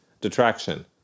detraction